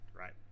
right